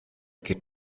geht